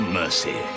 mercy